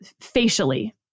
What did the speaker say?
facially